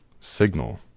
signal